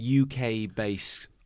UK-based